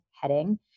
heading